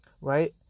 right